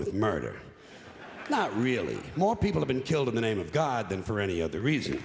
with murder not really more people have been killed in the name of god than for any other reason